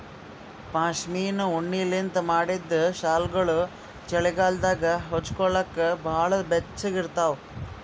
ಪಶ್ಮಿನಾ ಉಣ್ಣಿಲಿಂತ್ ಮಾಡಿದ್ದ್ ಶಾಲ್ಗೊಳು ಚಳಿಗಾಲದಾಗ ಹೊಚ್ಗೋಲಕ್ ಭಾಳ್ ಬೆಚ್ಚಗ ಇರ್ತಾವ